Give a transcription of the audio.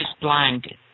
blinded